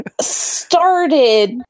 started